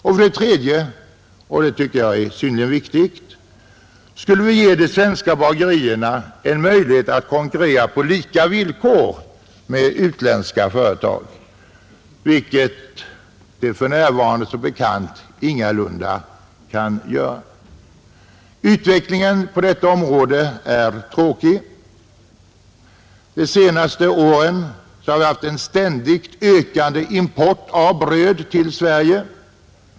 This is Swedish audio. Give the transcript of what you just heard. För det tredje — och det tycker jag är synnerligen viktigt — skulle vi ge de svenska bagerierna en möjlighet att konkurrera på lika villkor med utländska företag, vilket de för närvarande ingalunda kan göra. Utvecklingen på detta område är tråkig. De senaste åren har vi haft en ständigt ökad import av bröd till Sverige.